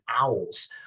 owls